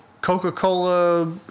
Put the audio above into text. Coca-Cola